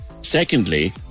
Secondly